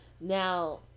Now